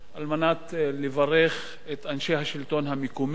לברך את אנשי השלטון המקומי,